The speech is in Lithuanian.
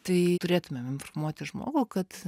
tai turėtumėm informuoti žmogų kad